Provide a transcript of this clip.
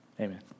Amen